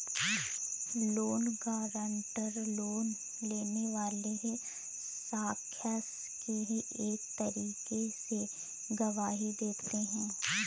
loan guarantor, loan लेने वाले शख्स की एक तरीके से गवाही देते हैं